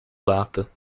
lata